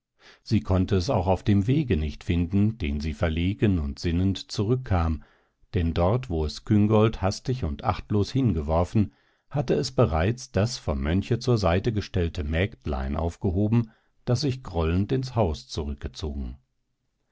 sie konnte es auch auf dem wege nicht finden den sie verlegen und sinnend zurückkam denn dort wo es küngolt hastig und achtlos hingeworfen hatte es bereits das vom mönche zur seite gestellte mägdlein aufgehoben das sich grollend ins haus zurückgezogen